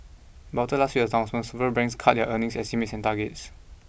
but after last week's announcement cut their earnings estimates and targets